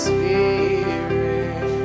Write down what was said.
Spirit